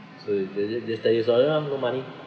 so they they tell you also I don't have more money